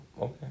Okay